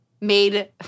made